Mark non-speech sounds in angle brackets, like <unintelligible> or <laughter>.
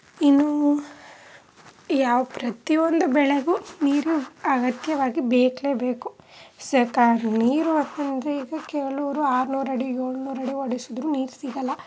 ಇನ್ನು ಯಾವ ಪ್ರತಿಯೊಂದು ಬೆಳೆಗೂ ನೀರು ಅಗತ್ಯವಾಗಿ ಬೇಕೇ ಬೇಕು <unintelligible> ನೀರು ಅಂತಂದರೆ ಈಗ ಕೆಲವ್ರು ಆರ್ನೂರು ಅಡಿ ಏಳ್ನೂರು ಅಡಿ ಒಡೆಸಿದ್ರೂ ನೀರೂ ಸಿಗಲ್ಲ